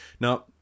Now